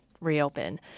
reopen